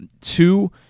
two